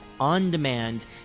on-demand